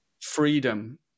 freedom